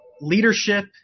leadership